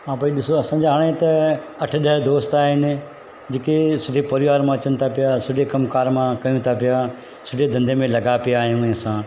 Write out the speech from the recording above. हा भाई ॾिसो असांजा हाणे त अठ ॾह दोस्त आहिनि जेके सॼे परिवार मां अचनि था पिया सुठे कमु कार मां कनि था पिया सुठे धंधे में लॻा पिया आहियूं असां